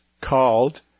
called